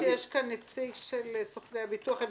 אני חושבת שיש כאן נציג של סוכני הביטוח.